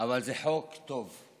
אבל זה חוק טוב,